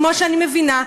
כמו שאני מבינה,